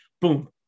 boom